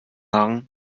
haaren